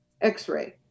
x-ray